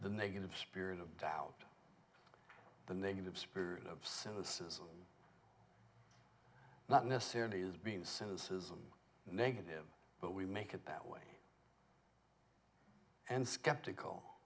the negative spirit of doubt the negative spirit of cynicism not necessarily as being cynicism negative but we make it that way and skeptical